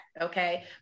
Okay